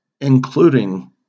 including